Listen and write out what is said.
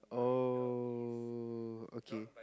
oh okay